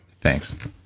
thanks